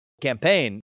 campaign